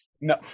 no